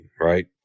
right